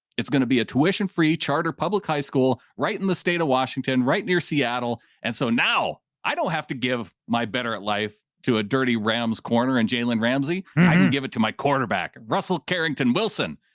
it's going to be a tuition free charter public high school, right in the state of washington, right near seattle. and so now. i don't have to give my better at life to a dirty ram's corner and jalen ramsey. i can give it to my quarterback, and russell carrington, wilson,